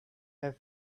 have